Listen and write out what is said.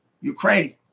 Ukrainian